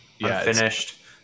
unfinished